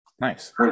Nice